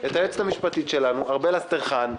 את היועצת המשפטית שלנו ארבל אסטרחן.